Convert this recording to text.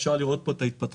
אפשר לראות פה את ההתפתחות.